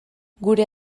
gure